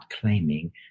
claiming